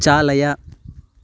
चालय